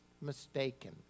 mistaken